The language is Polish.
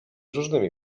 różnymi